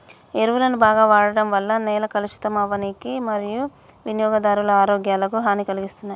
ఎరువులను బాగ వాడడం వల్ల నేల కలుషితం అవ్వనీకి మరియూ వినియోగదారుల ఆరోగ్యాలకు హనీ కలిగిస్తున్నాయి